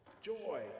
joy